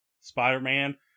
Spider-Man